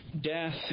death